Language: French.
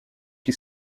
qui